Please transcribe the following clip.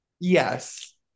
yes